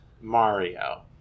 Mario